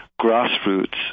grassroots